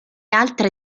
altre